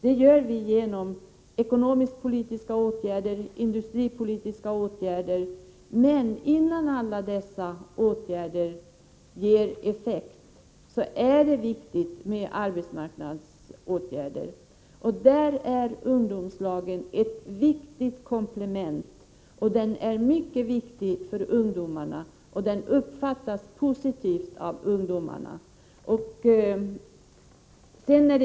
Det gör vi genom ekonomisk-politiska åtgärder och industripolitiska åtgärder. Men innan alla dessa åtgärder ger effekt är det viktigt med arbetsmarknadspolitiska åtgärder, och där är möjligheten till ungdomslag ett viktigt komplement. Ungdomarna uppfattar det också som positivt.